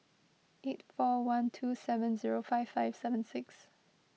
eight four one two seven zero five five seven six